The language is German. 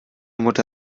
mutter